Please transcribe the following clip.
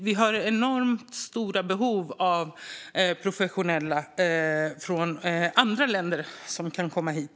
Vi har enormt stora behov av professionella människor från andra länder som kan komma hit.